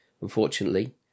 unfortunately